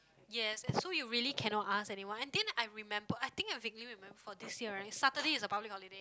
yes and so you really cannot ask anyone and then I remember I think I vaguely remember for this year right Saturday is a public holiday